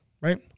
right